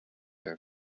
later